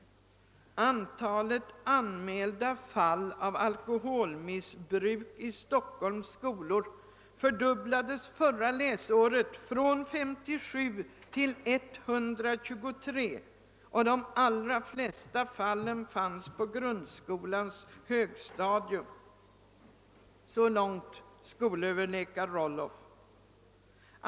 Antalet anmälda fall av alkoholmissbruk i Stockholms skolor fördubblades förra läsåret från 57 till 123, och de allra flesta fallen fanns på grundskolans högstadium. — Så långt skolöverläkare Rollof.